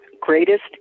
Greatest